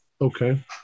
Okay